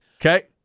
Okay